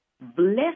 bless